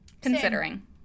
Considering